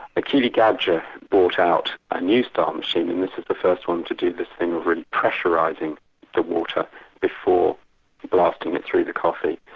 achille gaggia brought out a new-style machine, and this is the first one to do this thing of really pressurising the water before blasting it through the coffee.